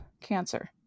Cancer